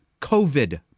COVID